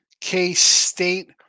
K-State